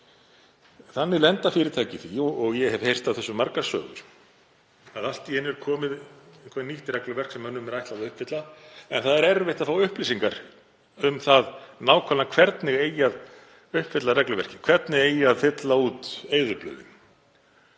Þannig lenda fyrirtæki í því, og ég hef heyrt af því margar sögur, að allt í einu er komið nýtt regluverk sem mönnum er ætlað að uppfylla en erfitt er að fá upplýsingar um nákvæmlega hvernig eigi að uppfylla regluverkið, hvernig eigi að fylla út eyðublöðin.